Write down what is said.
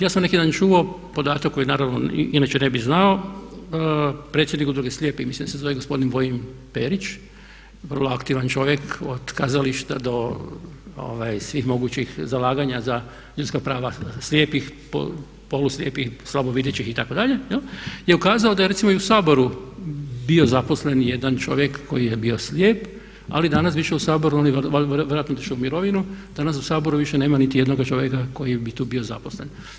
Ja sam neki dan čuo podatak koji naravno inače ne bih znao, predsjednik Udruge slijepih, mislim da se zove gospodin Vojin Perić, vrlo aktivan čovjek od kazališta do svih mogućih zalaganja za ljudska prava slijepih, poluslijepih, slabo videćih itd. je ukazao da je recimo i u Saboru bio zaposlen jedan čovjek koji je bio slijep ali danas više u Saboru, on je vjerojatno otišao u mirovinu, danas u Saboru više nema niti jednoga čovjeka koji bi tu bio zaposlen.